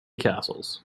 castles